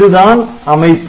இதுதான் அமைப்பு